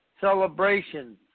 celebrations